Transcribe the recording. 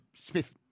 Smith